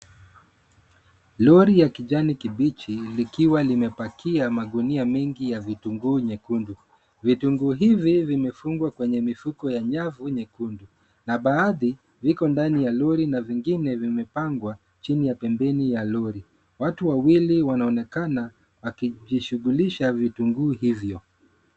Lori ya kijani kibichi likiwa limepakia magunia mengi ya vitunguu nyekundu. Vitunguu hivi vimefungwa kwenye mifuko ya nyavu nyekundu na baadhi viko ndani ya lori na vingine vimepangwa chini ya pembeni ya lori. Watu wawili wanaonekana wakijishughulisha vitunguu hivyo.